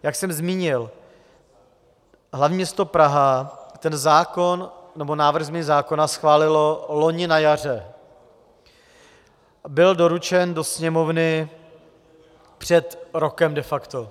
Jak jsem zmínil, hl. město Praha ten zákon, nebo návrh změny zákona schválilo loni na jaře a byl doručen do Sněmovny před rokem de facto.